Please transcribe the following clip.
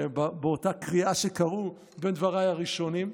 באותה קריאה שקראו בין דבריי הראשונים,